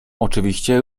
oczywiście